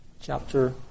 Chapter